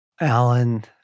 Alan